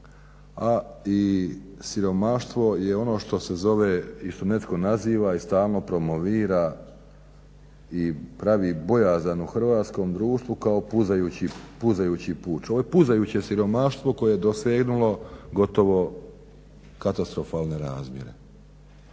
a i siromaštvo je ono što se zove i što netko naziva i stalno promovira i pravi bojazan u hrvatskom društvu kao puzajući puč. Ovo je puzajuće siromaštvo koje je dosegnulo gotovo katastrofalne razmjere.